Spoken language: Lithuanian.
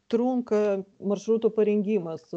trunka maršruto parengimas